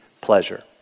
pleasure